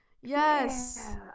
Yes